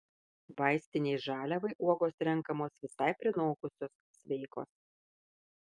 vaistinei žaliavai uogos renkamos visai prinokusios sveikos